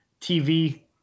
TV